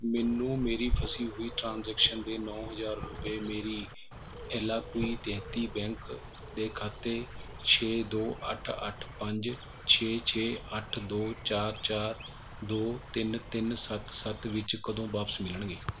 ਮੈਨੂੰ ਮੇਰੀ ਫਸੀ ਹੋਈ ਟ੍ਰਾਂਜੈਕਸ਼ਨ ਦੇ ਨੌਂ ਹਜ਼ਾਰ ਰੁਪਏ ਮੇਰੀ ਐਲਾਕੁਈ ਦੇਹੱਤੀ ਬੈਂਕ ਦੇ ਖਾਤੇ ਛੇ ਦੋ ਅੱਠ ਅੱਠ ਪੰਜ ਛੇ ਛੇ ਅੱਠ ਦੋ ਚਾਰ ਚਾਰ ਦੋ ਤਿੰਨ ਤਿੰਨ ਸੱਤ ਸੱਤ ਵਿੱਚ ਕਦੋਂ ਵਾਪਸ ਮਿਲਣਗੇ